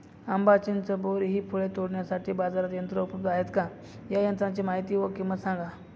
आंबा, चिंच, बोर हि फळे तोडण्यासाठी बाजारात यंत्र उपलब्ध आहेत का? या यंत्रांची माहिती व किंमत सांगा?